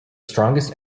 strongest